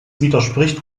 widerspricht